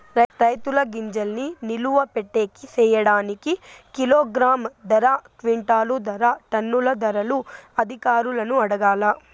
రైతుల గింజల్ని నిలువ పెట్టేకి సేయడానికి కిలోగ్రామ్ ధర, క్వింటాలు ధర, టన్నుల ధరలు అధికారులను అడగాలా?